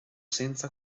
senza